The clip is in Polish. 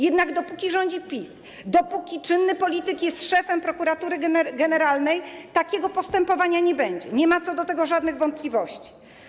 Jednak dopóki rządzi PiS, dopóki czynny polityk jest szefem prokuratury generalnej, takiego postępowania nie będzie, nie ma co do tego żadnych wątpliwości.